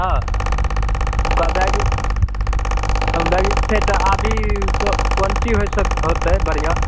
हॅं भए गेल कम भए गेल छै तऽ आब ई को कोन चीज होतै बढ़िआँ